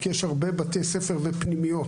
כי יש הרבה בתי ספר ופנימיות,